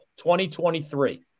2023